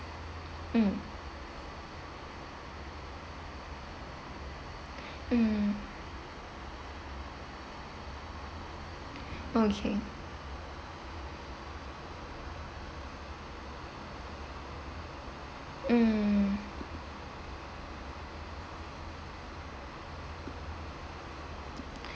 mm mm okay mm